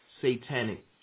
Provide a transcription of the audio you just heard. satanic